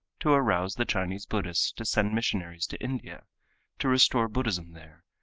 to arouse the chinese buddhists to send missionaries to india to restore buddhism there,